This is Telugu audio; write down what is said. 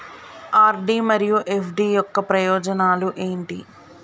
ఆర్.డి మరియు ఎఫ్.డి యొక్క ప్రయోజనాలు ఏంటి?